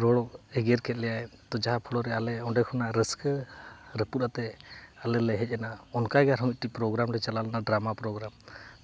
ᱨᱚᱲ ᱮᱜᱮᱨ ᱠᱮᱜ ᱞᱮᱭᱟᱭ ᱛᱳ ᱡᱟᱦᱟᱸ ᱯᱷᱞᱳ ᱨᱮ ᱟᱞᱮ ᱚᱸᱰᱮ ᱠᱷᱚᱱᱟᱜ ᱨᱟᱹᱥᱠᱟᱹ ᱨᱟᱹᱯᱩᱫ ᱠᱟᱛᱮᱫ ᱟᱞᱮ ᱞᱮ ᱦᱮᱡ ᱮᱱᱟ ᱚᱱᱠᱟᱜᱮ ᱟᱨᱦᱚᱸ ᱢᱤᱫᱴᱤᱡ ᱯᱨᱳᱜᱽᱨᱟᱢ ᱨᱮ ᱪᱟᱞᱟᱣ ᱞᱮᱱᱟ ᱰᱨᱟᱢᱟ ᱯᱨᱳᱜᱽᱨᱟᱢ